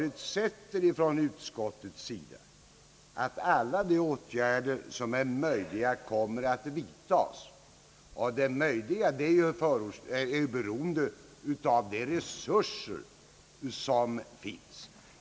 Utskottet förutsätter att alla de åtgärder som är möjliga kommer att vidtas, och vad som är möjligt är ju beroende av de resurser som finns.